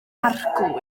arglwydd